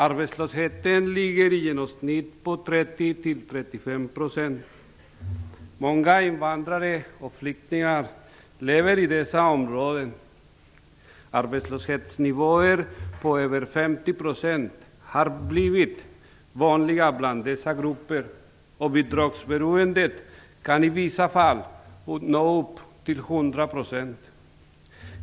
Arbetslösheten ligger i genomsnitt på Många invandrare och flyktingar lever i dessa områden. Arbetslöshetsnivåer på över 50 % har blivit vanliga bland dessa grupper, och bidragsberoendet kan i vissa fall nå upp till 100 %.